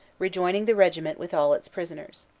rejoining the regiment with all its prisoners.